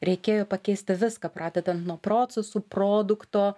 reikėjo pakeisti viską pradedant nuo procesų produkto